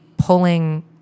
pulling